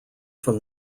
from